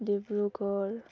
Dibrugarh